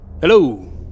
Hello